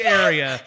area